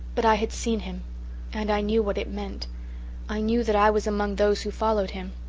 but i had seen him and i knew what it meant i knew that i was among those who followed him.